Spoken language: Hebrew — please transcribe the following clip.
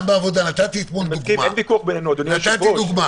נתתי דוגמה